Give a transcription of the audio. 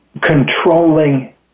controlling